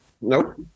Nope